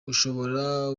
ushobora